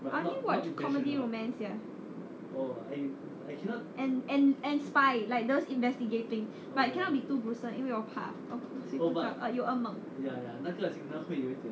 I only watch comedy romance sia and and and spy like those investigating but cannot be too gruesome 因为我怕我睡不着有噩梦